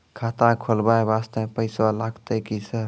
खाता खोलबाय वास्ते पैसो लगते की सर?